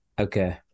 okay